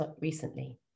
recently